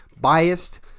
biased